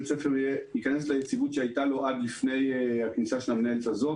הספר ייכנס ליציבות שהייתה לו עד לפני הכניסה של המנהלת הזאת,